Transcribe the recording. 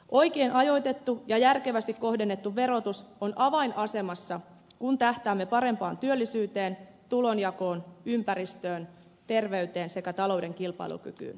oikein ajoitettu ja järkevästi kohdennettu verotus on avainasemassa kun tähtäämme parempaan työllisyyteen tulonjakoon ympäristöön terveyteen sekä talouden kilpailukykyyn